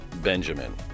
Benjamin